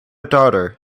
daughter